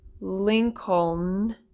Lincoln